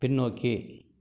பின்னோக்கி